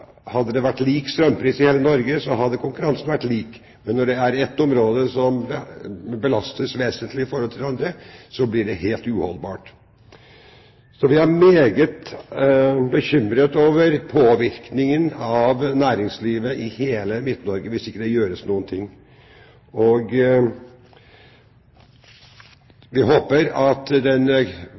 hadde det vært lik strømpris i hele Norge, hadde konkurransen vært lik. Men når det er ett område som belastes vesentlig i forhold til andre områder, blir det helt uholdbart. Vi er meget bekymret over påvirkningen for næringslivet i hele Midt-Norge hvis det ikke gjøres noe. Vi håper at